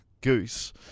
goose